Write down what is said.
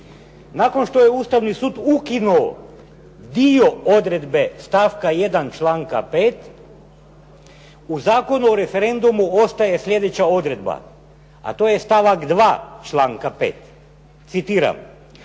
Nakon što je Ustavni sud ukinuo dio odredbe stavka 1. članka 5. u Zakonu o referendumu ostaje sljedeća odredba. A to je stavak 2. članka 5. Citiram: